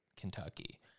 Kentucky